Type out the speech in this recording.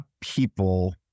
people